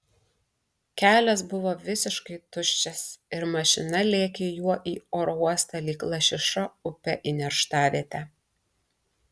kelias buvo visiškai tuščias ir mašina lėkė juo į oro uostą lyg lašiša upe į nerštavietę